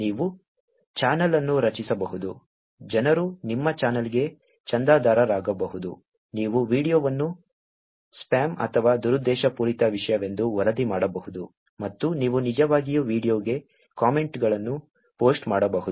ನೀವು ಚಾನಲ್ ಅನ್ನು ರಚಿಸಬಹುದು ಜನರು ನಿಮ್ಮ ಚಾನಲ್ಗೆ ಚಂದಾದಾರರಾಗಬಹುದು ನೀವು ವೀಡಿಯೊವನ್ನು ಸ್ಪ್ಯಾಮ್ ಅಥವಾ ದುರುದ್ದೇಶಪೂರಿತ ವಿಷಯವೆಂದು ವರದಿ ಮಾಡಬಹುದು ಮತ್ತು ನೀವು ನಿಜವಾಗಿಯೂ ವೀಡಿಯೊಗೆ ಕಾಮೆಂಟ್ಗಳನ್ನು ಪೋಸ್ಟ್ ಮಾಡಬಹುದು